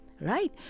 right